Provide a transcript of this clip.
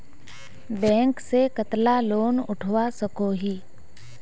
Bank से कतला loan उठवा सकोही?